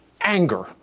anger